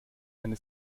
eine